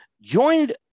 Joined